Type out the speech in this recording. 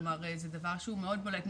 כלומר זה דבר שהוא מאוד בולט.